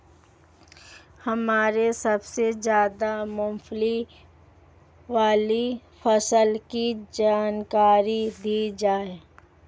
हमें सबसे ज़्यादा मुनाफे वाली फसल की जानकारी दीजिए